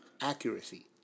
Accuracy